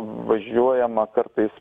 važiuojama kartais